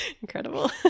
Incredible